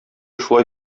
шулай